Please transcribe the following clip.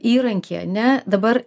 įrankiai ane dabar